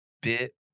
bit